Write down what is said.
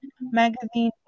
magazine